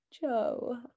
Joe